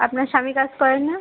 আপনার স্বামী কাজ করেন না